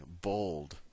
bold